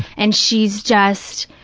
and she's just,